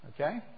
Okay